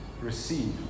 Receive